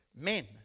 men